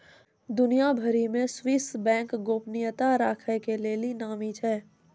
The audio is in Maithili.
दुनिया भरि मे स्वीश बैंक गोपनीयता राखै के लेली नामी छै